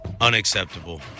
Unacceptable